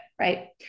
right